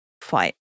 Fight